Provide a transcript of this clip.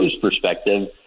perspective